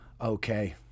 okay